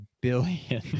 billion